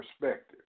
perspective